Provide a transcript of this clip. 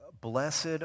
Blessed